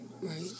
right